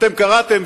אתם קראתם,